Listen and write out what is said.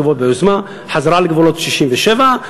שכתובות ביוזמה: חזרה לגבולות 67'